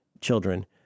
children